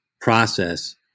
process